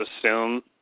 assume